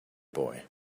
boy